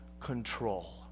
control